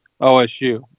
OSU